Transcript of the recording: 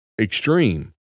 extreme